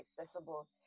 accessible